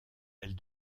elle